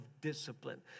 discipline